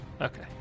Okay